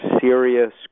serious